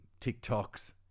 TikToks